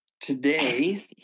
Today